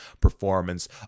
performance